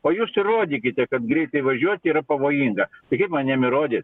o jūs įrodykite kad greitai važiuoti yra pavojinga tai kaip man jam įrodyt